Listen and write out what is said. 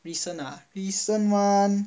recent ah recent one